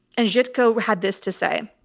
and jitgo had this to say,